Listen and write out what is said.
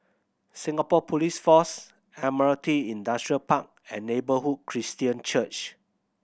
Singapore Police Force Admiralty Industrial Park and Neighbourhood Christian Church